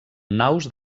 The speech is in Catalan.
naus